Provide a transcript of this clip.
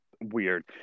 weird